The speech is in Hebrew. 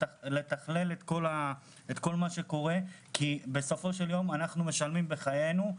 לתכלל את כל מה שקורה כי בסופו של יום אנחנו משלמים בחיינו,